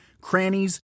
crannies